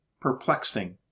perplexing